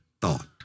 thought